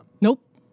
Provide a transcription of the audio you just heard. Nope